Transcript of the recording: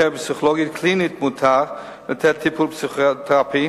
בפסיכולוגיה קלינית מותר לתת טיפול פסיכותרפי,